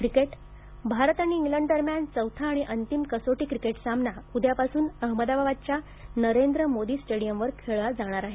cricket Bharat आणि England दरम्यान चौथा आणि अंतिम कसोटी क्रिकेट सामना उद्यापासून अहमदाबादच्या नरेंद्र मोदी स्टेडियम वर खेळवला जाणार आहे